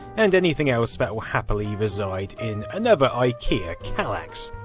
and anything else that will happily reside in another ikea kallax.